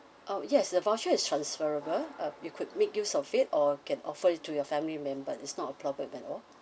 oh yes the voucher is transferable uh you could make use of it or can offer to your family members is not a problem at all